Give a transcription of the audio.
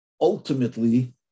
Ultimately